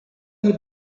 you